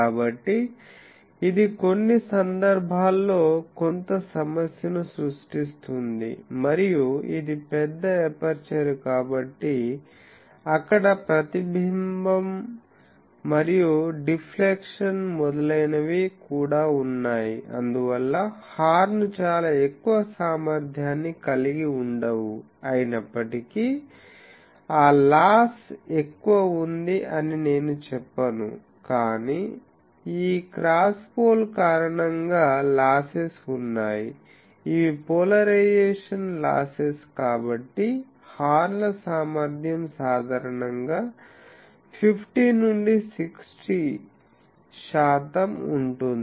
కాబట్టి ఇది కొన్ని సందర్భాల్లో కొంత సమస్యను సృష్టిస్తుంది మరియు ఇది పెద్ద ఎపర్చరు కాబట్టి అక్కడ ప్రతిబింబం మరియు ఢిఫ్లెక్షన్ మొదలైనవి కూడా ఉన్నాయి అందువల్ల హార్న్ చాలా ఎక్కువ సామర్థ్యాన్ని కలిగి ఉండవు అయినప్పటికీ ఆ లాస్ ఎక్కువ ఉంది అని నేను చెప్పను కానీ ఈ క్రాస్ పోల్ కారణంగా లాసెస్ ఉన్నాయి అవి పోలరైజేషన్ లాసెస్ కాబట్టి హార్న్ ల సామర్థ్యం సాధారణంగా 50 నుండి 60 శాతం ఉంటుంది